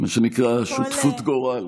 מה שנקרא שותפות גורל.